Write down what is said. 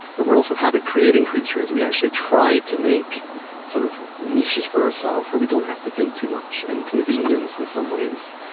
but we're also habit-creating creatures. we actually try to make sort of niches for ourselves where we don't have to think too much and convenience, in some ways,